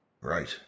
Right